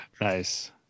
Nice